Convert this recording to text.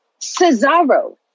Cesaro